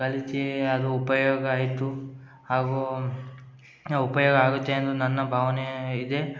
ಕಲ್ತು ಅದು ಉಪಯೋಗ ಆಯಿತು ಹಾಗೂ ಉಪಯೋಗ ಆಗುತ್ತೆ ಅನ್ನೊ ನನ್ನ ಭಾವನೆ ಇದೆ